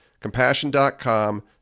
Compassion.com